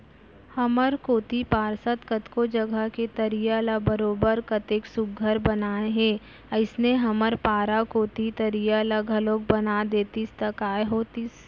हमर कोती पार्षद कतको जघा के तरिया ल बरोबर कतेक सुग्घर बनाए हे अइसने हमर पारा कोती के तरिया ल घलौक बना देतिस त काय होतिस